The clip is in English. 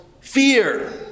fear